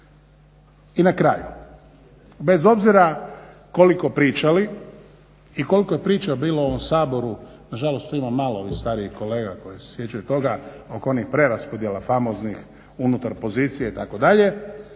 I na kraju, bez obzira koliko pričali i koliko je priče bilo u ovom Saboru nažalost tu ima malo ovih starijih kolega koji se sjećaju toga oko onih preraspodjela famoznih unutar pozicije itd.